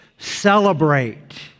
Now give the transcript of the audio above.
celebrate